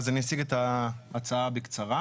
אז אני אציג את ההצעה בקצרה.